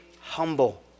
humble